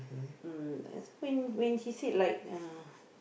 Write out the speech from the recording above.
mm that's when when she said like uh